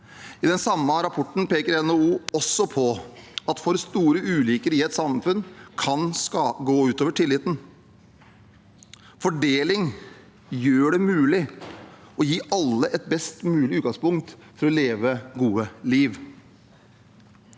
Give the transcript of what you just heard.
I den samme rapporten peker NHO også på at for store ulikheter i et samfunn kan gå ut over tilliten. Fordeling gjør det mulig å gi alle et best mulig utgangspunkt for å leve et godt liv.